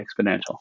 exponential